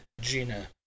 Gina